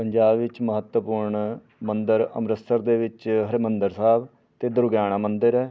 ਪੰਜਾਬ ਵਿੱਚ ਮਹੱਤਵਪੂਰਨ ਮੰਦਰ ਅੰਮ੍ਰਿਤਸਰ ਦੇ ਵਿੱਚ ਹਰਿਮੰਦਰ ਸਾਹਿਬ ਅਤੇ ਦੁਰਗਿਆਣਾ ਮੰਦਰ ਹੈ